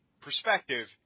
perspective